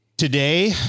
Today